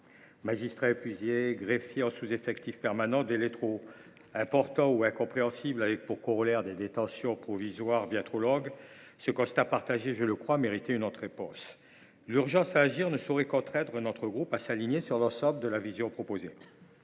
Magistrats épuisés, greffiers en sous-effectif permanent, délais trop importants ou incompréhensibles, avec, pour corollaire, des détentions provisoires bien trop longues : ce constat – que je crois partagé – méritait une autre réponse. L’urgence à agir ne saurait contraindre notre groupe à s’aligner sur l’ensemble de la vision proposée.